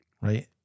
right